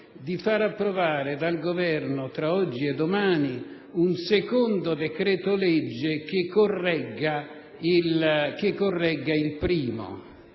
di far approvare dal Governo, tra oggi e domani, un secondo decreto‑legge che corregga il primo.